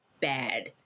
bad